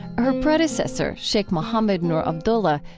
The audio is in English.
her predecessor, sheikh muhammed nur abdullah,